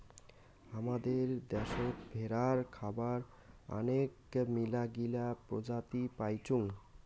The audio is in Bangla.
হামাদের দ্যাশোত ভেড়ার খাবার আনেক মেলাগিলা প্রজাতি পাইচুঙ